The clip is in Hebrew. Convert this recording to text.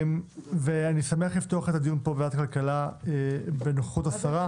אני שמח לפתוח את הדיון בוועדת הכלכלה בנוכחות השרה.